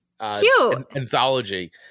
anthology